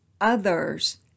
others